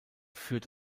führt